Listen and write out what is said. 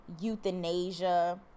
euthanasia